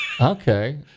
Okay